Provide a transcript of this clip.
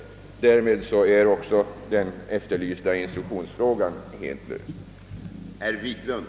Där med är också den efterlysta instruktionsfrågan helt löst.